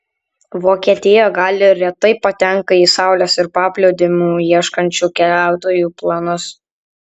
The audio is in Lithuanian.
vokietija gal ir retai patenka į saulės ir paplūdimių ieškančių keliautojų planus